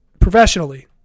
professionally